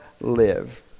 live